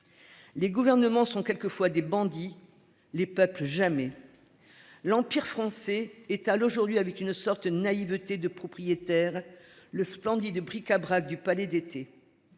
Les gouvernements sont quelquefois des bandits. Les peuples jamais. L'empire français étale aujourd'hui avec une sorte de naïveté de propriétaire le splendide bric-à-brac du Palais d'été.